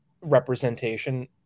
representation